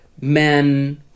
men